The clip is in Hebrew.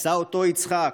נשא אותו יצחק,